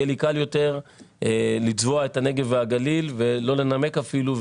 יהיה לי קל יותר לצבוע את הנגב והגליל ולא לנמק אפילו,